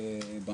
אם